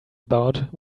about